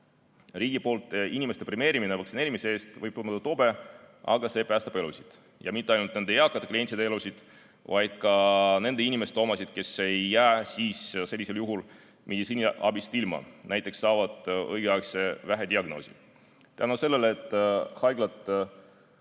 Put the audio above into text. Riigi poolt inimeste premeerimine vaktsineerimise eest võib tunduda tobe, aga see päästab elusid ja mitte ainult nende eakate klientide elusid, vaid ka nende inimeste omasid, kes ei jää sellisel juhul meditsiiniabist ilma, näiteks saavad õigeaegse vähidiagnoosi. Tänu sellele haiglad